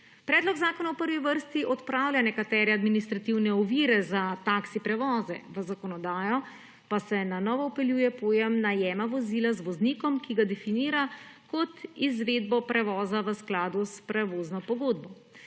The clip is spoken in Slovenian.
Predlog zakona v prvi vrsti odpravlja nekatere administrativne ovire za taksi prevoze, v zakonodajo pa se na novo vpeljuje pojem najema vozila z voznikom, ki ga definira kot izvedbo prevoza v skladu s prevozno pogodbo.